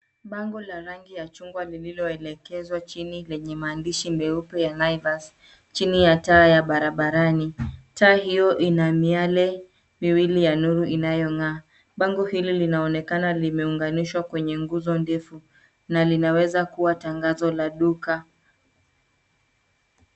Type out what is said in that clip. Bango la rangi ya chungwa lililoelekezwa chini lenye maandishi meupe ya cs[Naivas]cs chini ya taa ya barabarani. Taa hiyo ina miale miwili ya nuru inayong'aa. Bango hili linaonekana limeunganishwa kwenye nguzo ndefu ana linaweza kuwa tangazo la duka.